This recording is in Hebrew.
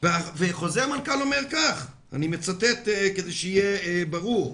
וחוזר מנכ"ל אומר כך, אני מצטט כדי שיהיה ברור: